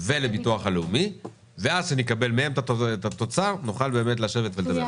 ולביטוח הלאומי ואז כשנקבל מהם את התוצר נוכל באמת לשבת ולדבר.